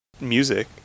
music